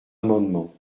amendement